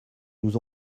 nous